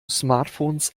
smartphones